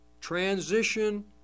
transition